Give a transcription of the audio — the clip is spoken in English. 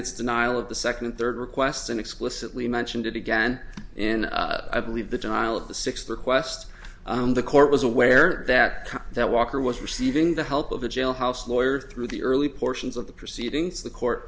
its denial of the second and third request and explicitly mentioned it again in a believe the denial of the sixth request the court was aware that that walker was receiving the help of a jailhouse lawyer through the early portions of the proceedings the court